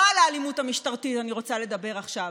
לא על האלימות המשטרתית אני רוצה לדבר עכשיו.